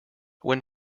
when